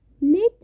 Later